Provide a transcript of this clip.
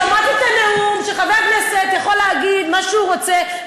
שמעתי את הנאום שחבר כנסת יכול להגיד מה שהוא רוצה.